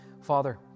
Father